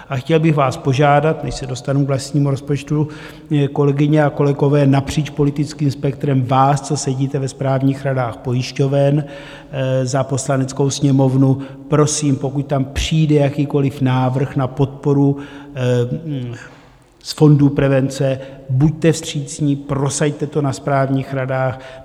A chtěl bych vás požádat, než se dostanu k vlastnímu rozpočtu, kolegyně a kolegové napříč politickým spektrem, vás, co sedíte ve správních radách pojišťoven za Poslaneckou sněmovnu, prosím, pokud tam přijde jakýkoliv návrh na podporu z fondu prevence, buďte vstřícní, prosaďte to na správních radách.